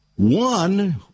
One